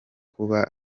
kuba